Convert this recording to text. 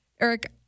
Eric